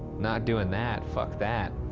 not doing that, fuck that.